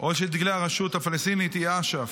או של דגלי הרשות הפלסטינית, היא אש"ף,